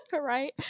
Right